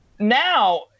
Now